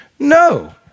No